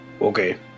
Okay